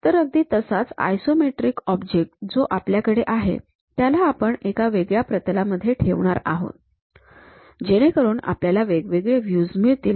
तर अगदी तसाच आयसोमेट्रिक ऑब्जेक्ट जो आपल्याकडे आहे त्याला आपण एका वेगळ्या प्रतलामध्ये ठेवणार आहोत जेणेकरून आपल्याला वेगवेगळे व्ह्यूज मिळतील